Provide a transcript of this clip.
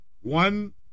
one